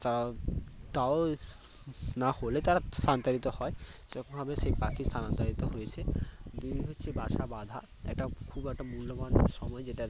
তা তাও নাহলে তারা স্থানান্তরিত হয় সেরকমভাবে সেই পাখি স্থানান্তরিত হয়েছে দিয়ে হচ্ছে বাসা বাঁধা একটা খুব একটা মূল্যবান সময় যেটা